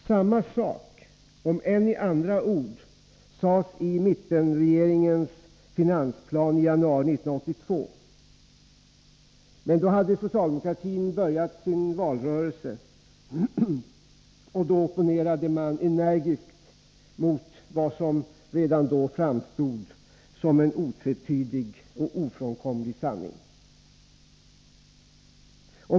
Samma sak, om än i andra ord, sades i mittenregeringens finansplan i januari 1982. Men då hade socialdemokraterna börjat sin valrörelse, och då opponerade man energiskt mot vad som redan då framstod som en otvetydig och ofrånkomlig sanning.